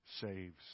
saves